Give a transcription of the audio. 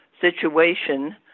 situation